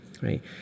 right